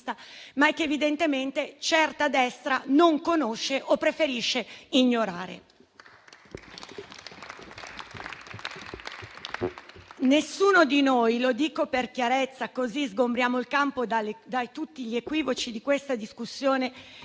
ma che evidentemente certa destra non conosce o preferisce ignorare. Nessuno di noi - lo dico per chiarezza, così sgombriamo il campo da tutti gli equivoci di questa discussione